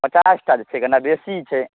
पचास टा छै केना बेसी छै